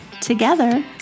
together